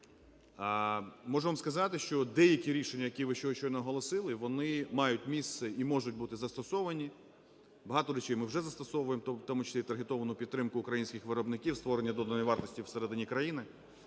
Можу вам сказати, що деякі рішення, які ви щойно оголосили, вони мають місце і можуть бути застосовані. Багато речей ми вже застосовуємо, в тому числі і таргетовану підтримку українських виробників, створення доданої вартості всередині країни.